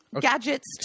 gadgets